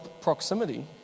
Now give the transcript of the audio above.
proximity